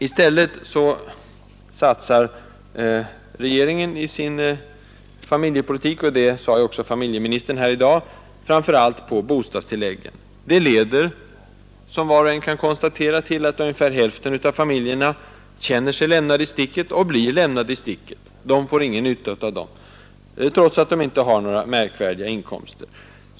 I stället satsar regeringen i sin familjepolitik — det sade också familjeministern här i dag — framför allt på bostadstilläggen. Det leder, som var och en kan konstatera, till att ungefär hälften av familjerna känner sig lämnade i sticket och blir lämnade i sticket. De får ingen nytta av bostadstilläggen, trots att de inte har några märkvärdiga inkomster.